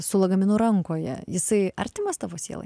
su lagaminu rankoje jisai artimas tavo sielai